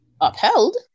upheld